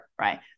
right